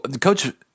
Coach